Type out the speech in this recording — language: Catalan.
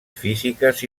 físiques